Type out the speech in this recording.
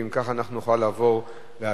אם כך, אנחנו נוכל לעבור להצבעה.